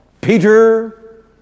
Peter